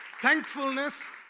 Thankfulness